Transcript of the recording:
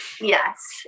yes